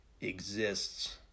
exists